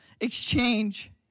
exchange